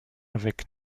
avec